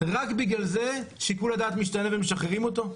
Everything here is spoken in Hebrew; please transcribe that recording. רק בגלל זה שיקול הדעת משתנה ומשחררים אותו?